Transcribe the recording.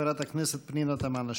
חברת הכנסת פנינה תמנו-שטה.